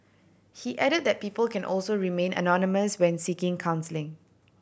he added that people can also remain anonymous when seeking counselling